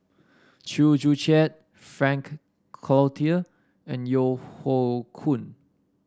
Chew Joo Chiat Frank Cloutier and Yeo Hoe Koon